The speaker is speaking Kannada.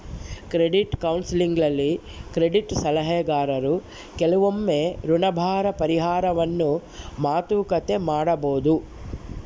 ಕ್ರೆಡಿಟ್ ಕೌನ್ಸೆಲಿಂಗ್ನಲ್ಲಿ ಕ್ರೆಡಿಟ್ ಸಲಹೆಗಾರರು ಕೆಲವೊಮ್ಮೆ ಋಣಭಾರ ಪರಿಹಾರವನ್ನು ಮಾತುಕತೆ ಮಾಡಬೊದು